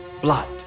Blood